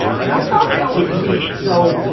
and i thought that was neat. so,